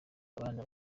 abana